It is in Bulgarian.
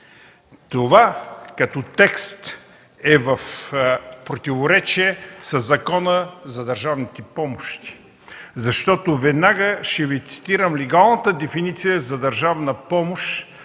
Това, като текст, е в противоречие със Закона за държавните помощи, защото веднага ще Ви цитирам легалната дефиниция за държавна помощ,